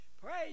Praise